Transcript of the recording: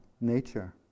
nature